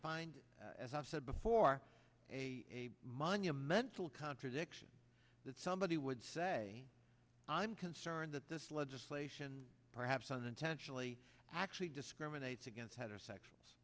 find as i've said before a monumental contradiction that somebody would say i'm concerned that this legislation perhaps unintentionally actually discriminates against heterosexuals